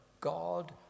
God